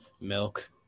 milk